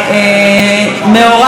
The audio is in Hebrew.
מהמאורע החדש,